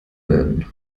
werden